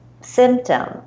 symptom